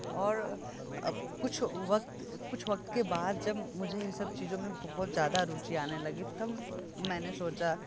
और अब कुछ वक्त कुछ वक्त के बाद जब मुझे इन सब चीज़ों में बहुत ज्यादा रुचि आने लगी तब मैंने सोचा